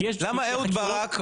למה אהוד ברק,